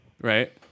Right